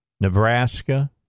Nebraska